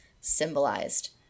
symbolized